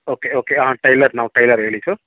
okay okay ಆಂ tailor ನಾವು tailor ಹೇಳಿ ಸರ್